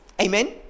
Amen